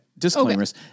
Disclaimers